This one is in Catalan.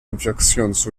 infeccions